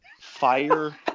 Fire